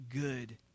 good